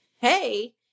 Hey